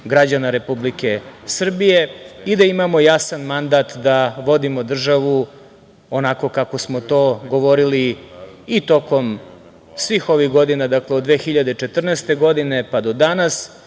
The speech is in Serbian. građana Republike Srbije i da imamo jasan mandat da vodimo državu onako kako smo to govorili i tokom svih ovih godina. Dakle, od 2014. godine pa do danas